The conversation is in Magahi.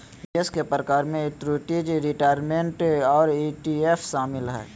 निवेश के प्रकार में एन्नुटीज, रिटायरमेंट और ई.टी.एफ शामिल हय